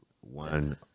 one